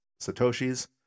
Satoshis